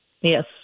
Yes